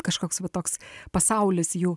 kažkoks va toks pasaulis jų